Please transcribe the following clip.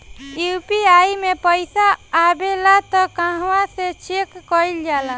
UPI मे पइसा आबेला त कहवा से चेक कईल जाला?